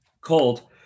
cold